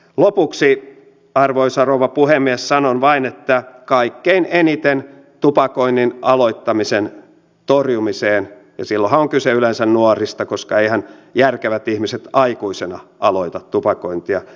lopuksi arvoisa rouva puhemies sanon vain mikä kaikkein eniten tupakoinnin aloittamisen torjumiseen auttaa ja silloinhan on kyse yleensä nuorista koska eiväthän järkevät ihmiset aikuisina aloita tupakointia